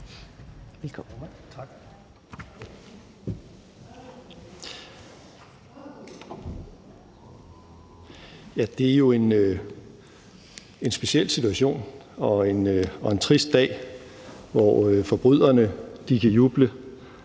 Det er jo en speciel situation og en trist dag, hvor forbryderne kan juble